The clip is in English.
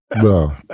Bro